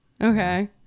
Okay